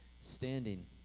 standing